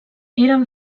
eren